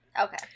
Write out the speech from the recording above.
Okay